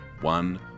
one